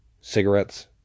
cigarettes